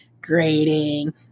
Grading